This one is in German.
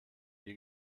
wie